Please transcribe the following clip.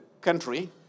country